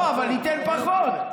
לא, אבל ניתן פחות.